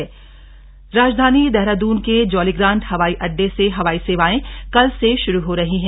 हवाई सेवा राजधानी देहरादून के जौलीग्रान्ट हावाई आड्डे से हवाई सेवाएं कल से शुरू हो रही है